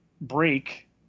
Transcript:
break